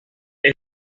ese